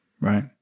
right